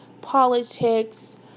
politics